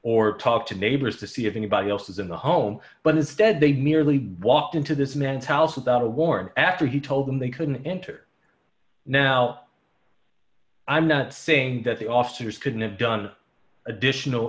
or talked to neighbors to see if anybody else was in the home but instead they merely walked into this mentality without a warm after he told them they couldn't enter now i'm not saying that the officers couldn't have done additional